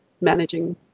managing